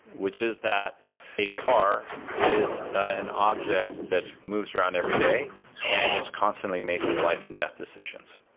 which is that a car is an object that moves around every day and is constantly making life-and-death decisions.